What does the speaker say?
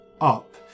up